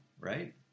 right